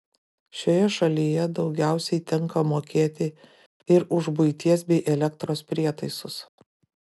šioje šalyje daugiausiai tenka mokėti ir už buities bei elektros prietaisus